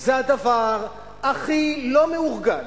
זה הדבר הכי לא מאורגן